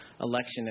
election